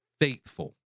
faithful